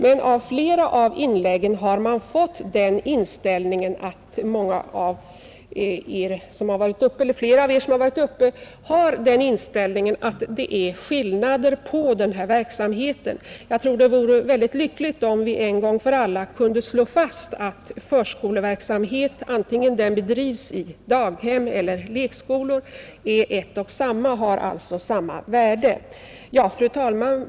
Det verkar emellertid som om en del av er som har varit uppe i debatten har den inställningen att det finns skillnader i denna verksamhet. Jag tror att det vore mycket lyckligt om vi en gång för alla kunde slå fast att förskoleverksamheten, vare sig den bedrivs i daghem eller lekskolor, är en och samma och alltså har samma värde, Fru talman!